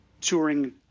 touring